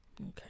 okay